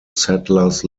settlers